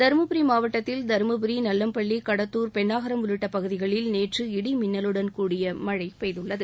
தரும்புரி மாவட்டத்தில் தருமபுரி நள்ளம்பள்ளி கடத்தூர் பெண்ணாகரம் உள்ளிட்ட பகுதிகளில் நேற்று இடி மின்னலுடன் கூடிய மழை பெய்துள்ளது